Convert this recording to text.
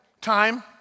Time